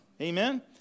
Amen